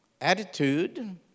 attitude